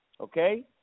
okay